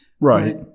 Right